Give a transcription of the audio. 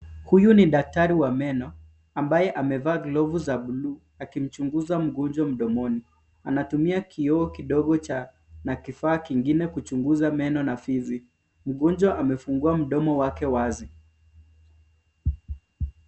Huyu ni daktari wa meno ambaye amevaa glovu za bluu akimchunguza mgonjwa mdomoni. Anatumia kioo kidogo na kifaa kingine kuchunguza meno na fizi. Mgonjwa amefungua mdomo wake wazi.